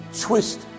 twist